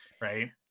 right